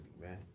man